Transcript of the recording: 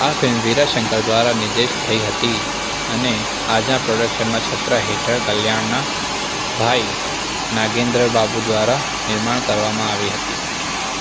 આ ફિલ્મ વીરા શંકર દ્વારા નિર્દેશ થઇ હતી અને આજા પ્રોડક્શનનાં છત્ર હેઠળ કલ્યાણના ભાઈ નાગેન્દ્ર બાબુ દ્વારા નિર્માણ કરવામાં આવી હતી